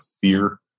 fear